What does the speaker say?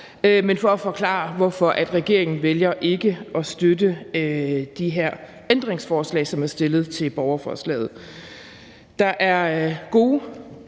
men for at forklare, hvorfor regeringen vælger ikke at støtte de her ændringsforslag, som er stillet til borgerforslaget.